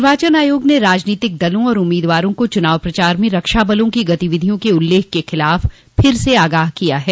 निर्वाचन आयोग ने राजनीतिक दलों और उम्मीदवारों को चुनाव प्रचार में रक्षा बलों की गतिविधियों के उल्लेख के खिलाफ फिर से आगाह किया है